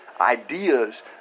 ideas